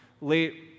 late